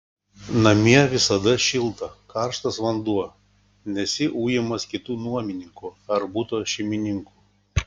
namie visada šilta karštas vanduo nesi ujamas kitų nuomininkų ar buto šeimininkų